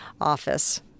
office